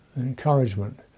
encouragement